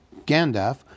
Gandalf